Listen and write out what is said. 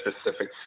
specific